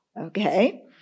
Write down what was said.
Okay